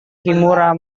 kimura